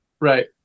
Right